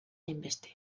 hainbeste